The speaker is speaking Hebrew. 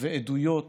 ועדויות